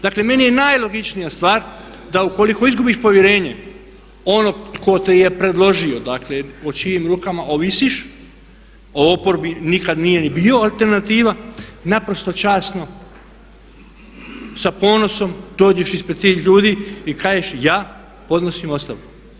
Dakle, meni je najlogičnija stvar da ukoliko izgubiš povjerenje onog tko te je predložio, dakle o čijim rukama ovisiš, o oporbi nikad nije ni bio alternativa, naprosto časno sa ponosom dođeš ispred tih ljudi i kažeš ja podnosim ostavku.